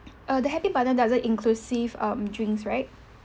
err the happy bundle doesn't inclusive um drinks right